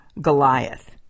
Goliath